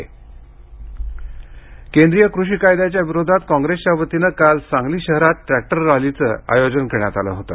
tractor rally Sangli केंद्रीय कृषी कायद्याच्या विरोधातकाँग्रेसच्या वतीने काल सांगली शहरात ट्रॅक्टर रॅलीचे आयोजन करण्यात आलं होतं